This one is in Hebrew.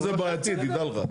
למרות שזה בעייתי, תדע לך.